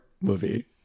movie